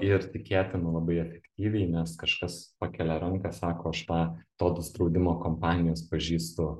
ir tikėtina labai efektyviai nes kažkas pakelia ranką sako aš tą todus draudimo kompanijos pažįstu